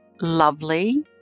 lovely